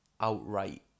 outright